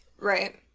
Right